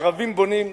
הערבים בונים,